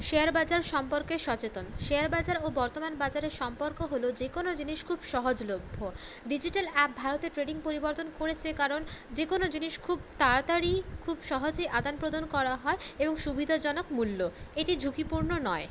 share বাজার সম্পর্কে সচেতন শেয়ার বাজার ও বর্তমান বাজারের সম্পর্ক হল যেকোনও জিনিস খুব সহজলভ্য ডিজিটাল অ্যাপ ভারতে ট্রেডিং পরিবর্তন করেছে কারণ যেকোনও জিনিস খুব তাড়াতাড়ি খুব সহজেই আদান প্রদান করা হয় এবং সুবিধাজনক মূল্য এটি ঝুঁকিপূর্ণ নয়